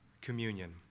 communion